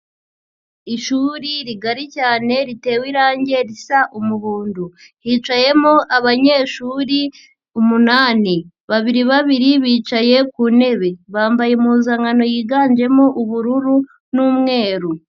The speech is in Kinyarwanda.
Ishuri rigari cyane ritewe irangi risa umuhondo, hicayemo abanyeshuri umunani, babiri babiri bicaye ku ntebe, bambaye impuzankano yiganjemo ubururu n'umweru.